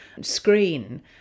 screen